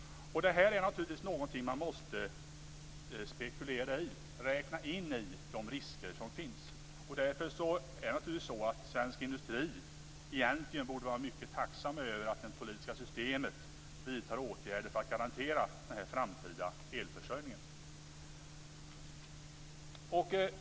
Detta är naturligtvis någonting som man måste spekulera i och räkna in i de risker som finns. Därför borde svensk industri egentligen vara mycket tacksam över att det politiska systemet vidtar åtgärder för att garantera den framtida elförsörjningen.